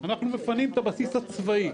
אנחנו מפנים את הבסיס הצבאי.